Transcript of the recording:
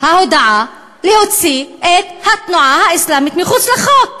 ההודעה להוציא את התנועה האסלאמית מחוץ לחוק.